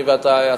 אני ואתה,